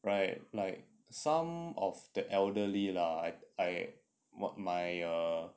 right like some of the elderly lah I I my uh